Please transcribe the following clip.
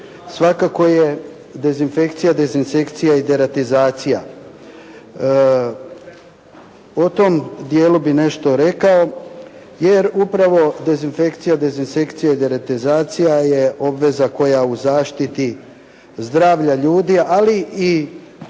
svakako je dezinfekcija, dezinsekcija i deratizacija. O tom dijelu bih nešto rekao, jer upravo dezinfekcija, dezinsekcija i deratizacija je obveza koja u zaštiti zdravlja ljudi ali i